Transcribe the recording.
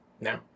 No